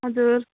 हजुर